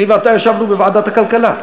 אני ואתה ישבנו בוועדת הכלכלה.